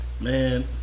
Man